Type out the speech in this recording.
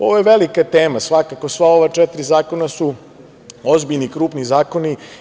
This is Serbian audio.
Ovo je velika tema svakako, a ova sva četiri zakona su ozbiljni i krupni zakoni.